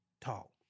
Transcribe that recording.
tall